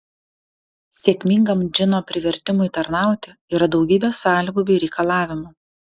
sėkmingam džino privertimui tarnauti yra daugybė sąlygų bei reikalavimų